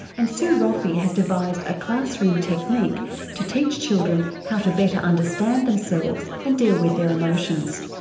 and sue roffey has devised a classroom technique to teach children how to better understand themselves and deal with their emotions.